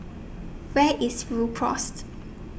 Where IS Rhu Cross